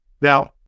Now